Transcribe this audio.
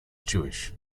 jewish